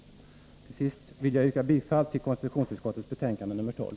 Till sist vill jag yrka bifall till hemställan i konstitutionsutskottets betänkande nr 12.